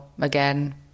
again